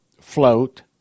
float